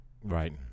right